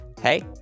Hey